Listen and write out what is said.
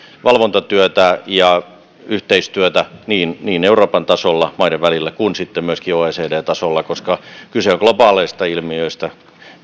valvontatyötä ja yhteistyötä niin niin euroopan tasolla maiden välillä kuin sitten myöskin oecd tasolla koska kyse on globaaleista ilmiöistä